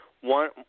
one